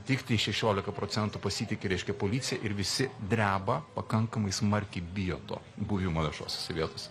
tiktai šešiolika procentų pasitiki reiškia policija ir visi dreba pakankamai smarkiai bijo to buvimo viešosiose vietose